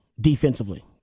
defensively